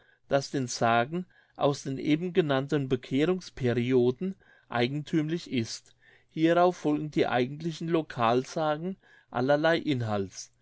das den sagen aus den eben genannten bekehrungsperioden eigenthümlich ist hierauf folgen die eigentlichen localsagen allerlei inhalts